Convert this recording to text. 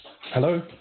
Hello